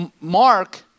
Mark